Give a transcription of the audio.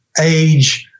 age